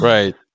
Right